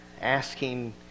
asking